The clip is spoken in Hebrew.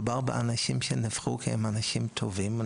מדובר באנשים שנבחרו כי הם אנשים טובים.